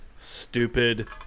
stupid